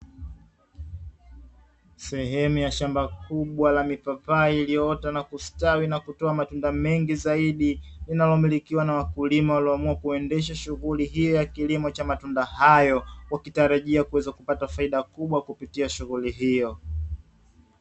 Sehemu ya shamba kubwa la mipapai iliyoota na kustawi na kutoa matunda mengi zaidi, linalomilikiwa na wakulima walioamua kuendesha shughuli hiyo ya kilimo cha matunda hayo wakitarajia kuweza kupata faida kubwa kupitia shughuli hiyo.